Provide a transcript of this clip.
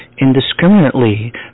indiscriminately